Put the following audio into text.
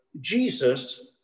Jesus